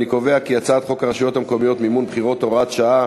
אני קובע כי הצעת חוק הרשויות המקומיות (מימון בחירות) (הוראת שעה),